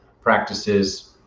practices